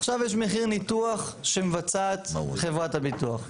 עכשיו יש מחיר ניתוח שמבצעת חברת הביטוח.